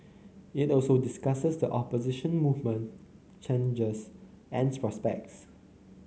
it also discusses the opposition movement challenges and prospects